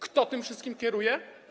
Kto tym wszystkim kieruje?